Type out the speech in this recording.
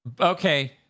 Okay